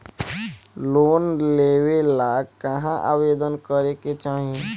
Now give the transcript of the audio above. Loan लेवे ला कहाँ आवेदन करे के चाही?